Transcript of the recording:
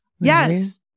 Yes